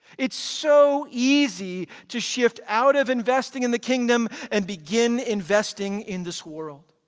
it's so easy to shift out of investing in the kingdom and begin investing in this world.